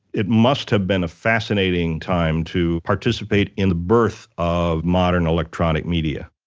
it must've been a fascinating time to participate in the birth of modern electronic media